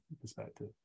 perspective